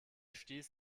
stieß